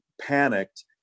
panicked